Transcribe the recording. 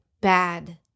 bad